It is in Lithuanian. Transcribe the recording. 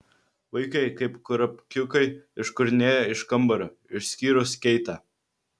vaikai kaip kurapkiukai iškurnėjo iš kambario išskyrus keitę